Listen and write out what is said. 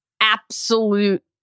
Absolute